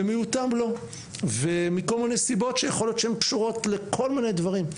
ומיעוטם לא מכל מיני סיבות שיכול להיות שהן קשורות לכל מיני דברים.